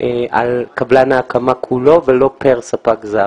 על קבלן ההקמה כולו ולא פר ספק זר.